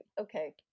okay